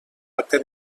pacte